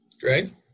Greg